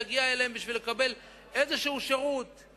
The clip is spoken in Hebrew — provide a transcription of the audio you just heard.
להגיע אליהם בשביל לקבל שירות כלשהו.